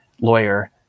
lawyer